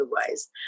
otherwise